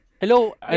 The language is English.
Hello